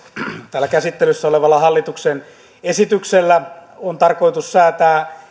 täällä käsittelyssä olevalla hallituksen esityksellä on tarkoitus säätää